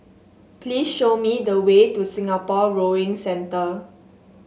please show me the way to Singapore Rowing Centre